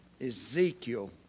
ezekiel